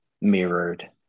Mirrored